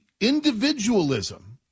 Individualism